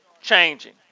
changing